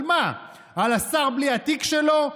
על מה, על השר בלי התיק שלו?